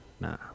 Nah